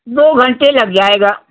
दो घंटे लग जाएगा